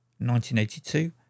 1982